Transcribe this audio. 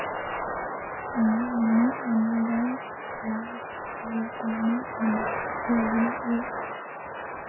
नोनी मन ल लाभ बर कोनो सामाजिक योजना हे का?